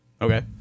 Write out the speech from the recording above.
Okay